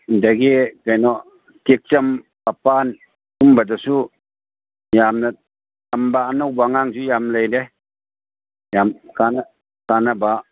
ꯑꯗꯒꯤ ꯀꯩꯅꯣ ꯇꯦꯛꯆꯝ ꯑꯄꯥꯟ ꯁꯨꯝꯕꯗꯁꯨ ꯌꯥꯝꯅ ꯇꯝꯕ ꯑꯅꯧꯕ ꯑꯉꯥꯡꯁꯨ ꯌꯥꯝ ꯂꯩꯔꯦ ꯌꯥꯝ ꯀꯥꯟꯅꯕ